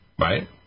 right